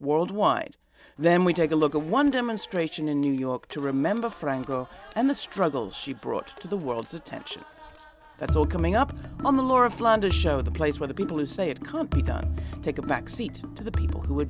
worldwide then we take a look at one demonstration in new york to remember franco and the struggles she brought to the world's attention that's all coming up on the laura flanders show the place where the people who say it can't be done take a backseat to the people who are